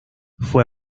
fue